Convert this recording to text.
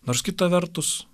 nors kita vertus